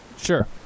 sure